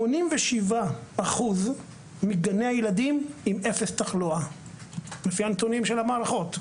87% מגני הילדים עם אפס תחלואה לפי הנתונים של המערכות.